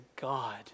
God